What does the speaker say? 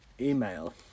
email